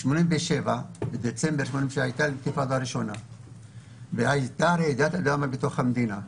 ב-1987 הייתה האינתיפאדה הראשונה והייתה רעידת אדמה בתוך המדינה.